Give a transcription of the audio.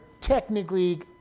technically